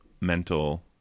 mental